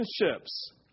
relationships